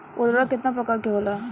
उर्वरक केतना प्रकार के होला?